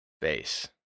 base